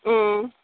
ꯎꯝ